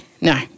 No